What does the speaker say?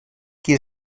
qui